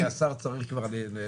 רק תתכנס כי השר צריך לענות.